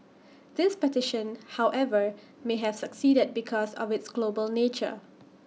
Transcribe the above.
this petition however may have succeeded because of its global nature